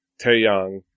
Taeyang